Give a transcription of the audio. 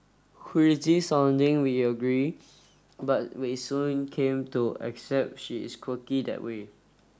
crazy sounding we agree but we soon came to accept she is quirky that way